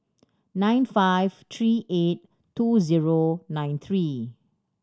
nine five three eight two zero nine three